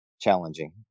challenging